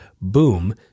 boom